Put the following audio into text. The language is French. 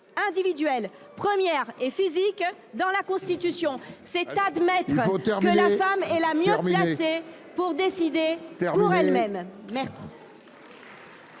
individuelle, première et physique dans la Constitution, c’est admettre que la femme est la mieux placée pour décider pour elle même.